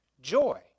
joy